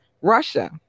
Russia